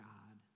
God